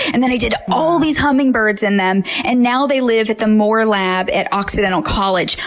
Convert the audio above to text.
and then i did all these hummingbirds in them, and now they live at the moore lab at occidental college.